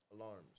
alarms